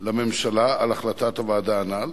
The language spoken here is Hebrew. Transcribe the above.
לממשלה על החלטת הוועדה הנ"ל.